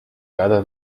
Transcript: cada